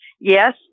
Yes